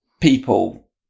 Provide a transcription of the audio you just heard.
people